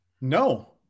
No